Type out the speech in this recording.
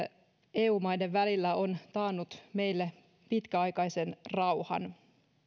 eu maiden välillä on taannut meille pitkäaikaisen rauhan